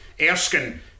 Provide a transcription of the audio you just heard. Erskine